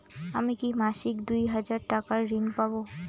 আমি কি মাসিক দুই হাজার টাকার ঋণ পাব?